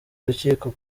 urukiko